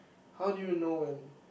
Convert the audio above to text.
how do you know when